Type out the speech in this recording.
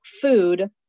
food